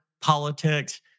politics